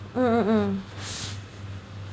mm mm mm